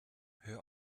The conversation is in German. hör